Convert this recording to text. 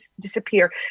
disappear